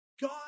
God